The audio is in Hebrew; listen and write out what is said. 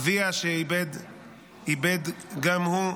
אביה איבד גם הוא,